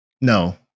no